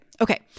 Okay